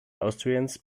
austrians